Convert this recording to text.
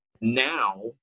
now